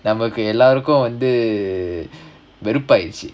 நமக்கு எல்லாருக்கும் வந்து வெறுப்பாயிடுச்சு:nammakku ellaarukkum vandhu veruppaayiduchu